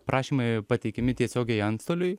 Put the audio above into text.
prašymai pateikiami tiesiogiai antstoliui